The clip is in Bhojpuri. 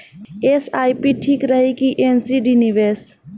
एस.आई.पी ठीक रही कि एन.सी.डी निवेश?